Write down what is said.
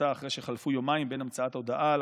קרתה אחרי שחלפו יומיים בין המצאת הודעה על